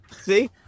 See